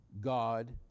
God